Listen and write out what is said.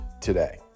today